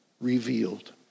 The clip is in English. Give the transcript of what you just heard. revealed